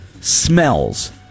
smells